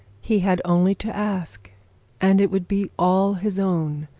he had only to ask and it would be all his own,